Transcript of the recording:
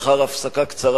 לאחר הפסקה קצרה,